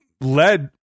led